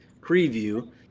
preview